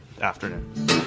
afternoon